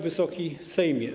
Wysoki Sejmie!